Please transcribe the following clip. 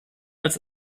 als